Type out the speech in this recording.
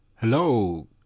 hello